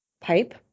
pipe